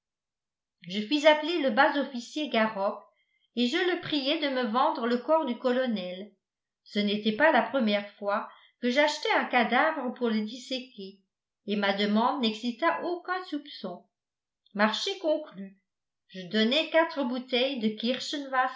je fis appeler le bas officier garok et je le priai de me vendre le corps du colonel ce n'était pas la première fois que j'achetais un cadavre pour le disséquer et ma demande n'excita aucun soupçon marché conclu je donnai quatre bouteilles de